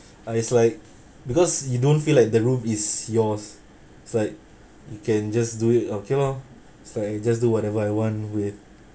uh it's like because you don't feel like the room is yours it's like you can just do it okay lor it's like I just do whatever I want with